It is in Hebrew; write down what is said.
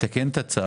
לתקן את הצו.